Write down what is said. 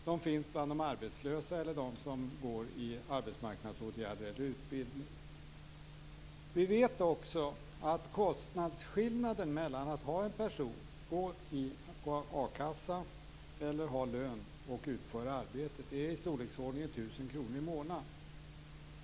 De finns bland de arbetslösa eller bland dem som går i arbetsmarknadsåtgärder eller utbildning. Vi vet också att kostnadsskillnaden mellan att ha en person i a-kassa eller att ha lön och utföra ett arbete är i storleksordningen 1 000 kr i månaden.